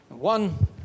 One